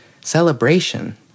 celebration